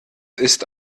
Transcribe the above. ist